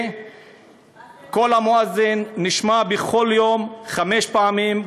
וקול המואזין נשמע בכל יום חמש פעמים,